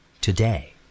today